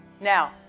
Now